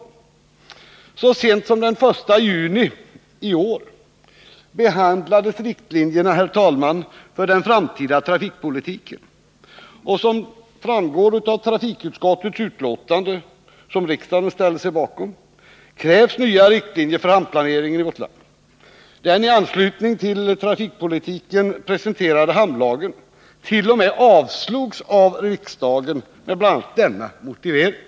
Fredagen den Så sent som den 1 juni behandlades riktlinjerna för den framtida 16 november 1979 trafikpolitiken, och som framgår av trafikutskottets betänkande, som riksdagen ställde sig bakom, krävs nya riktlinjer för hamnplaneringen i vårt Om regeringens land. Den i anslutning till trafikpolitiken presenterade hamnlagen t.o.m. — tillstånd till utbyggavslogs av riksdagen med bl.a. denna motivering.